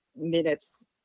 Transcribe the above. minutes